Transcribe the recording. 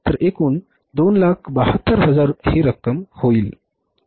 तर एकूण 272000 ही रक्कम आहे